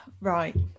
right